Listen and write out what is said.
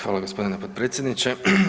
Hvala gospodine potpredsjedniče.